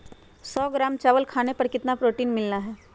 सौ ग्राम चावल खाने पर कितना प्रोटीन मिलना हैय?